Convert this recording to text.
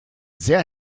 sehr